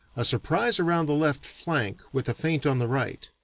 a surprise around the left flank with a feint on the right,